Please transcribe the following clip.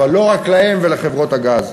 אבל לא רק להם ולחברות הגז.